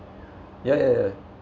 yeah yeah yeah